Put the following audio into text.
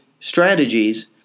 strategies